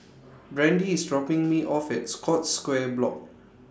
Brandie IS dropping Me off At Scotts Square Block